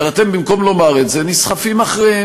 אבל אתם, במקום לומר את זה אתם נסחפים אחריהם,